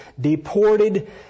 deported